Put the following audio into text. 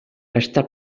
està